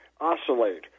oscillate